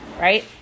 right